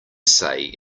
say